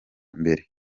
mbere